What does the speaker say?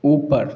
ऊपर